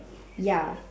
ya